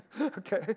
Okay